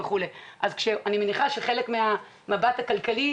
אני מניחה שהמבט הכלכלי,